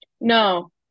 no